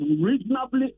reasonably